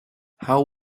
how